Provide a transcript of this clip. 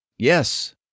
Yes